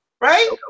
right